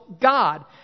God